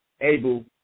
able